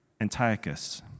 Antiochus